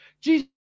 Jesus